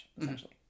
essentially